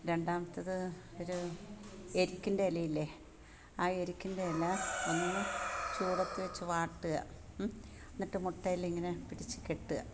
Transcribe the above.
രണ്ടാമത്തേത് ഒരു എരിക്കിന്റെ ഇല ഇല്ലേ ആ എരിക്കിന്റെ ഇല ഒന്ന് ചൂടത്ത് വെച്ച് വാട്ടുക എന്നിട്ട് മുട്ടേലിങ്ങനെ പിടിച്ചുകെട്ടുക